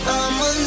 I'ma